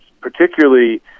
particularly